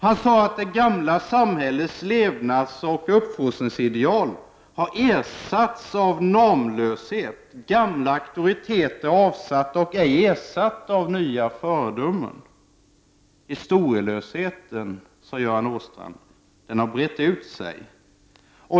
Han sade att det gamla samhällets levnadsoch uppfostringsideal har ersatts av normlöshet, gamla auktoriteter är avsatta och ej ersatta av nya föredömen. Historielösheten har brett ut sig, sade Göran Åstrand.